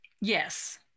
Yes